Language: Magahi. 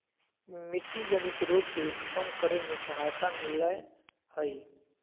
मिट्टी जनित रोग के कम करे में सहायता मिलैय हइ